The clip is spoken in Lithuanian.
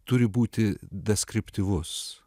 turi būti deskriptyvus